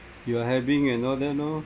you're having and all that lor